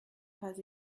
pas